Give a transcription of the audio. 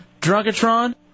Drunkatron